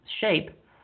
shape